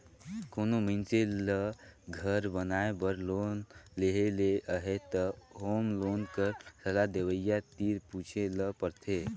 कोनो मइनसे ल घर बनाए बर लोन लेहे ले अहे त होम लोन कर सलाह देवइया तीर पूछे ल परथे